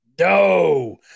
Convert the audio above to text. No